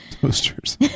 Toasters